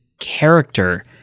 character